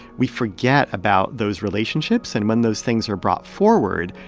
we forget about those relationships. and when those things are brought forward,